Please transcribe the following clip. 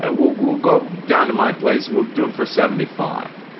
ah we'll we'll go down to my place, we'll do it for seventy five